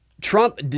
Trump